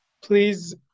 please